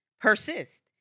persist